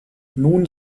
nun